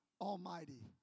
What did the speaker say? almighty